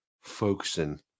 focusing